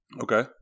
Okay